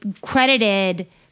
credited